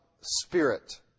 spirit